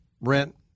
rent